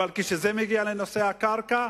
אבל כשזה מגיע לנושא הקרקע,